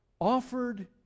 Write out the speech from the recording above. offered